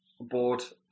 bought